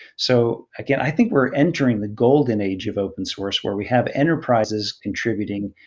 so again, i think we're entering the golden age of open source where we have enterprises contributing,